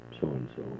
so-and-so